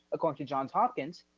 according to johns hopkins,